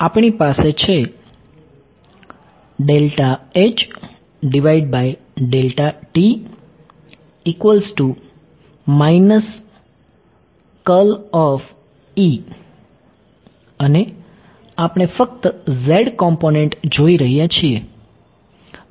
તેથી આપણી પાસે છે અને આપણે ફક્ત z કોમ્પોનેંટ જોઈ રહ્યા છીએ